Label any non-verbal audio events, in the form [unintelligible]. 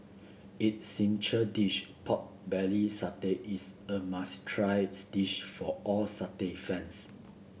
its [unintelligible] dish pork belly [unintelligible] is a must tries dish for all [unintelligible] fans